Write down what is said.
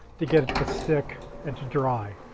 to get it to stick and to dry.